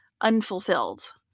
unfulfilled